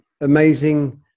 Amazing